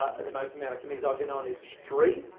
ah the most amount of committees i've been on is three.